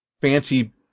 fancy